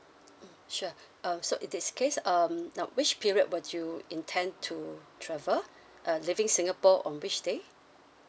mm sure um so in this case um now which period would you intend to travel err leaving singapore on which day